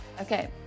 Okay